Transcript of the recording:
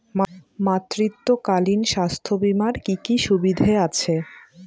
মাতৃত্বকালীন স্বাস্থ্য বীমার কি কি সুবিধে আছে?